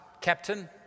captain